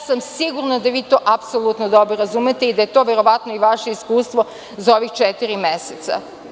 Sigurna sam da vi to apsolutno dobro razumete i da je to verovatno i vaše iskustvo za ova četiri meseca.